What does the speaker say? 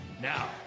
Now